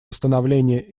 восстановления